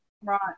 Right